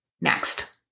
Next